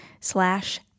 slash